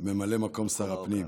מקום שר הפנים,